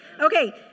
Okay